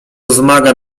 wzmaga